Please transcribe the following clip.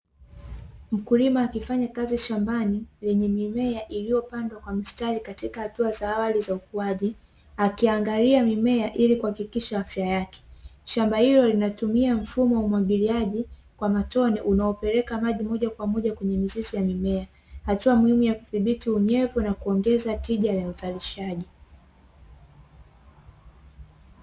Mkulima akifanya kazi shambani yenye mimea iliyopandwa kwa mstari katika hatua za awali za ukuwaji, akiangalia mimea ili kuhakikisha afya yake. Shamba hilo linatumia mfumo wa umwagiliaji wa matone unaopeleka maji moja kwa moja kwenye mizizi ya mimea. Hatua ya muhimu ya kudhibiti unyevu na kuongeza tija ya uzalishaji.